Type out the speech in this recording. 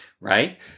right